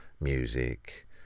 music